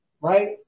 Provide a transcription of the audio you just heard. right